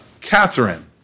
catherine